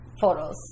photos